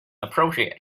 appropriate